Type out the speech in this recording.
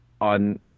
on